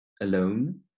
alone